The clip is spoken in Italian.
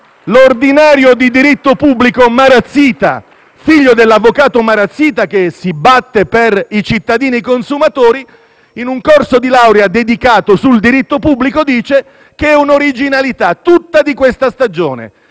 professore di diritto pubblico Giuseppe Marazzita, figlio dell'avvocato Nino Marazzita che si batte per i cittadini consumatori, in un corso di laurea dedicato al diritto pubblico, sostiene che è un'originalità propria di questa stagione